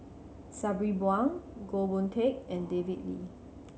Sabri Buang Goh Boon Teck and David Lee